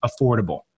affordable